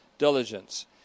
diligence